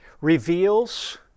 reveals